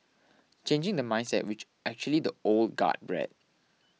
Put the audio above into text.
changing the mindset which actually the old guard bred